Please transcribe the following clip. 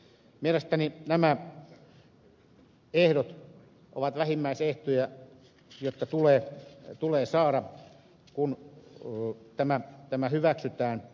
mielestäni nämä ehdot ovat vähimmäisehtoja jotka tulee saada kun tämä hyväksytään